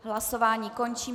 Hlasování končím.